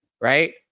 Right